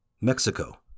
Mexico